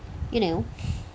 you know